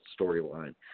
storyline